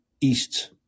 east